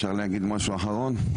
אפשר להגיד משהו אחרון?